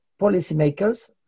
policymakers